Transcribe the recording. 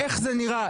איך זה נראה?